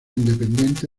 independiente